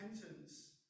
repentance